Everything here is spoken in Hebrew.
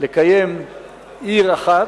לקיים עיר אחת,